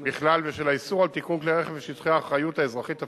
בכלל ושל האיסור על תיקון כלי רכב בשטחי האחריות האזרחית הפלסטינית,